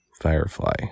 Firefly